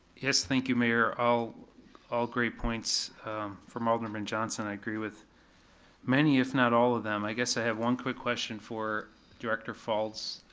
yes, thank you mayor. all all great points from alderman johnson, i agree with many if not all of them. i guess i have one quick question for director faulds.